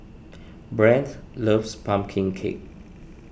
Brande loves Pumpkin Cake